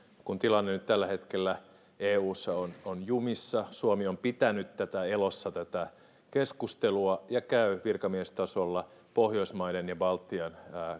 tilanne nyt tällä hetkellä eussa on on jumissa suomi on pitänyt elossa tätä keskustelua ja käy virkamiestasolla pohjoismaiden ja baltian